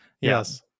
Yes